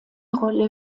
rolle